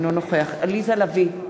אינו נוכח עליזה לביא,